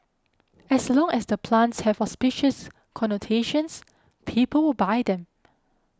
as long as the plants have auspicious connotations people will buy them